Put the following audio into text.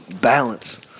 balance